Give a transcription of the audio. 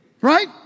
right